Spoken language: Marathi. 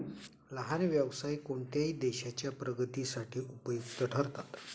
लहान व्यवसाय कोणत्याही देशाच्या प्रगतीसाठी उपयुक्त ठरतात